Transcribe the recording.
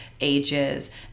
ages